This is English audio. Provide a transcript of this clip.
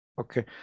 okay